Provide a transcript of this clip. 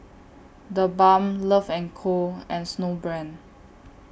The Balm Love and Co and Snowbrand